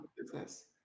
business